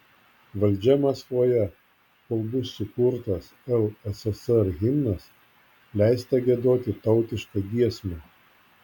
valdžia maskvoje kol bus sukurtas lssr himnas leista giedoti tautišką giesmę